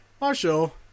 Marshall